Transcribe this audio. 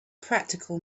practical